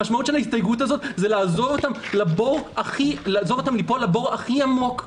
המשמעות של ההסתייגות הזאת היא לעזוב אותם ליפול לבור הכי עמוק,